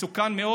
מסוכן מאוד.